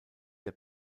der